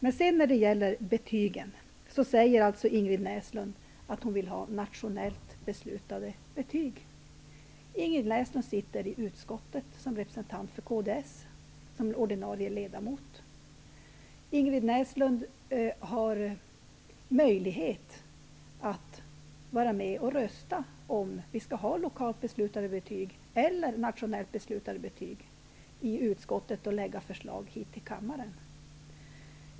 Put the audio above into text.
Inger Näslund säger att hon vill ha nationellt beslutade betyg. Inger Näslund sitter som kds ordinarie ledamot i utskottet. Hon har där möjlighet att vara med och rösta om huruvida vi skall ha lokalt eller nationellt beslutade betyg och lägga fram förslag för kammaren.